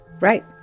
Right